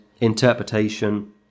interpretation